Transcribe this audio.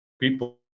people